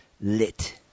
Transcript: lit